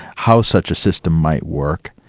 how such a system might work,